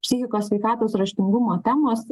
psichikos sveikatos raštingumo temos